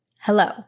Hello